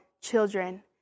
children